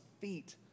feet